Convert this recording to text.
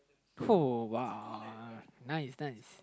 uh !wow! nice nice